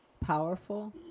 powerful